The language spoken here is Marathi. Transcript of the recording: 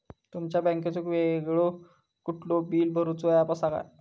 तुमच्या बँकेचो वेगळो कुठलो बिला भरूचो ऍप असा काय?